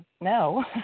no